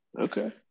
Okay